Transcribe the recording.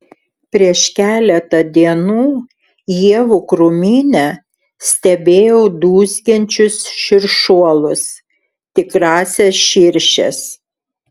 prieš keletą dienų ievų krūmyne stebėjau dūzgiančius širšuolus tikrąsias širšes